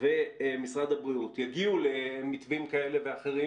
ומשרד הבריאות יגיעו למתווים כאלה ואחרים